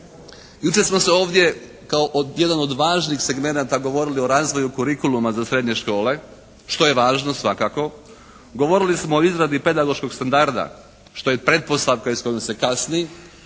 Jučer smo se ovdje kao jedan od važnih segmenata govorili o razvoju kurikuluma za srednje škole što je važno svakako. Govorili smo o izradi pedagoškog standrda što je pretpostavka i s kojom se kasni,